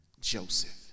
Joseph